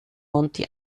monti